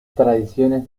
tradiciones